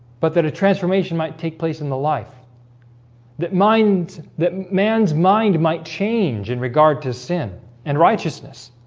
but that a transformation might take place in the life that minds that man's mind might change in regard to sin and righteousness